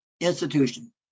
institution